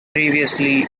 previously